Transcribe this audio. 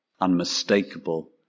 unmistakable